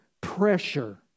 pressure